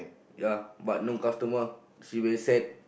ya but no customer she very sad